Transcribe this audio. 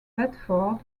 bedford